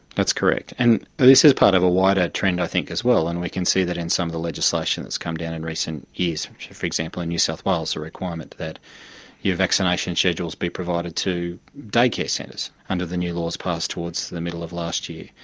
that's correct. and this is part of a wider trend, i think, as well. and we can see that in some of the legislation that's come down in recent years for example, in new south wales the requirement that your vaccination schedules be provided to day-care centres under the new laws passed towards the middle of last year.